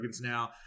Now